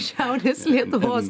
šiaurės lietuvos